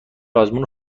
آزمون